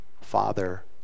Father